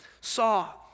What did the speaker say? saw